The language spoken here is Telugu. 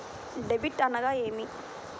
డెబిట్ అనగానేమి?